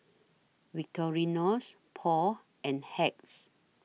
Victorinox Paul and Hacks